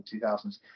2000s